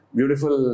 Beautiful